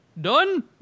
done